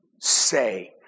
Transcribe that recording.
say